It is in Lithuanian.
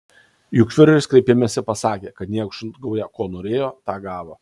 juk fiureris kreipimesi pasakė kad niekšų gauja ko norėjo tą gavo